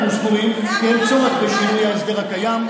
אנו סבורים כי אין צורך בשינוי ההסדר הקיים,